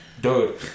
dude